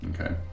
okay